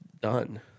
done